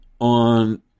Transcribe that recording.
on